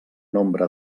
nombre